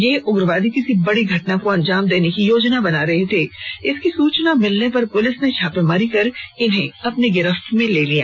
ये उग्रवादी किसी बड़ी घटना को अंजाम देने की योजना बना रहे थे इसकी सूचना मिलने पर पुलिस ने छापेमारी कर इन्हें अपनी गिरफ्त में ले लिया